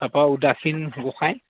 তাৰপা উদাসীন গোঁসাই